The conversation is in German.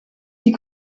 die